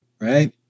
right